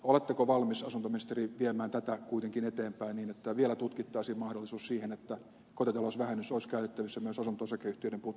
oletteko valmis asuntoministeri viemään tätä kuitenkin eteenpäin niin että vielä tutkittaisiin mahdollisuus siihen että kotitalousvähennys olisi käytettävissä myös asunto osakeyhtiöiden putkiremontteihin